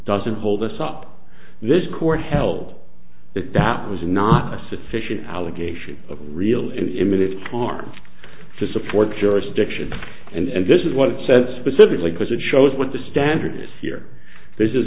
doesn't hold us up this court held that that was not a sufficient allegation of real emitted harm to support jurisdiction and this is what it says pacifically because it shows what the standard is here this is